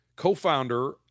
co-founder